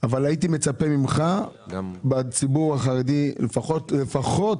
אבל הייתי מצפה ממך שבציבור החרדי לפחות, לפחות,